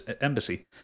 embassy